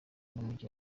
n’umujyi